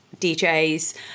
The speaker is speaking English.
DJs